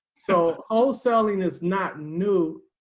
so wholesaling is not new.